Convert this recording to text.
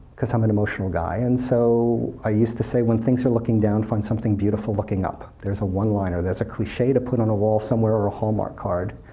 because i'm an emotional guy, and so i used to say, when things are looking down find something beautiful looking up. there's a one liner, there's a cliche to put on the wall somewhere, or a hallmark card.